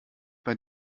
bei